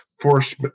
force